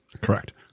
Correct